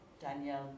Danielle